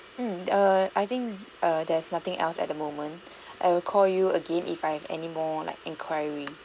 mm err I think err there's nothing else at the moment I will call you again if I have anymore like enquiry